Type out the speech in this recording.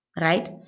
right